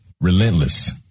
relentless